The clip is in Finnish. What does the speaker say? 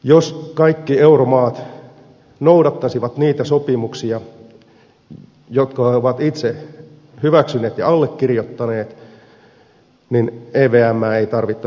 jos kaikki euromaat noudattaisivat niitä sopimuksia jotka ne ovat itse hyväksyneet ja allekirjoittaneet evmää ei tarvittaisi ollenkaan